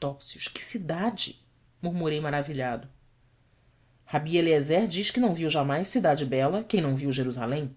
topsius que cidade murmurei maravilhado rabi eliézer diz que não viu jamais cidade bela quem não viu jerusalém